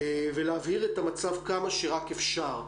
ולהבהיר את המצב כמה שרק אפשר.